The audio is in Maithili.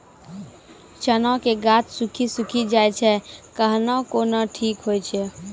चना के गाछ सुखी सुखी जाए छै कहना को ना ठीक हो छै?